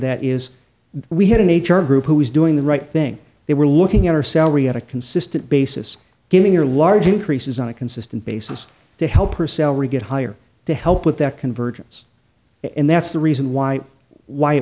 that is we had an h r group who was doing the right thing they were looking at her salary on a consistent basis giving her large increases on a consistent basis to help her sell really get higher to help with that convergence and that's the reason why why